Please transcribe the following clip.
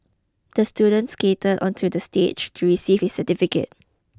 the student skated onto the stage to receive his certificate